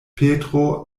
petro